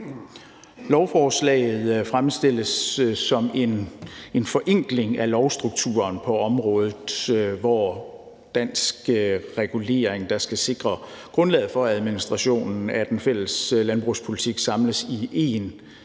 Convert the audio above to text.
Lovforslaget fremstilles som en forenkling af lovstrukturen på området, hvor dansk regulering, der skal sikre grundlaget for administrationen af den fælles landbrugspolitik, samles i én